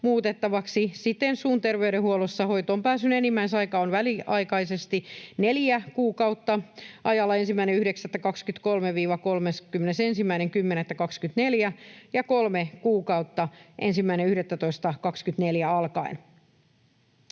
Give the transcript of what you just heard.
Siten suun terveydenhuollossa hoitoonpääsyn enimmäisaika on väliaikaisesti neljä kuukautta ajalla 1.9.23—31.10.24 ja kolme kuukautta 1.11.24 alkaen.